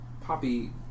Poppy